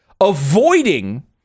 avoiding